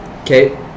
okay